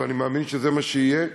ואני מאמין שזה מה שיהיה,